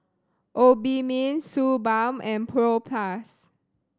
Obimin Suu Balm and Propass